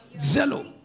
zero